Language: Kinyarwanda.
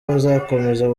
bazakomeza